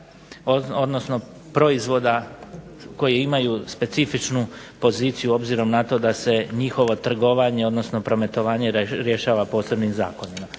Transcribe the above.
odnosno proizvoda koji imaju specifičnu poziciju obzirom na to da se njihovo trgovanje odnosno prometovanje rješava posebnim zakonima.